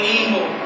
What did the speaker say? evil